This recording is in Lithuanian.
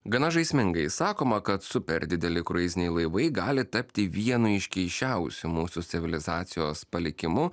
gana žaismingai sakoma kad super dideli kruiziniai laivai gali tapti vienu iš keisčiausiu mūsų civilizacijos palikimu